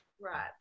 Right